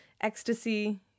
ecstasy